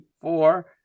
four